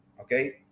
okay